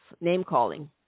name-calling